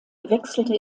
wechselte